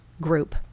group